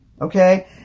Okay